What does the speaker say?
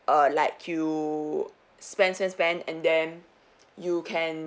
err like you spend spend spend and then you can